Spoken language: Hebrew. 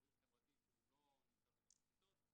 מדריך חברתי שלא נמצא בתוך כיתות.